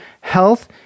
health